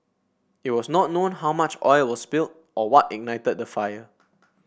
it was not known how much oil was spilled or what ignited the fire